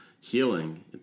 healing